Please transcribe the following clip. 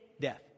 death